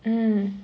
mm